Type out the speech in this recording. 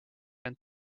end